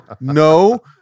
no